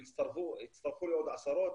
הם הצטרפו לעוד עשרות